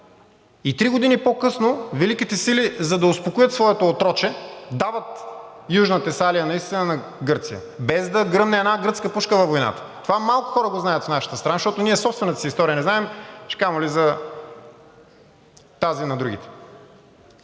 И три години по-късно Великите сили, за да успокоят своето отроче, дават Южна Тесалия наистина на Гърция, без да гръмне една гръцка пушка във войната. Това малко хора го знаят в нашата страна, защото ние собствената си история не знаем, че камо ли за тази на другите.